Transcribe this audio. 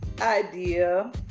idea